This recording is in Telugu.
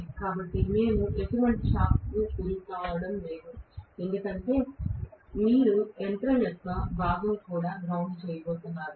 కాబట్టి మేము ఎటువంటి షాక్కి గురికావడం లేదు ఎందుకంటే మీరు యంత్రం యొక్క భాగం కూడా గ్రౌన్దేడ్ చేయబోతున్నారు